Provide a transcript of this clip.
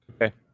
Okay